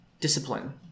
discipline